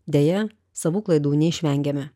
deja savų klaidų neišvengėme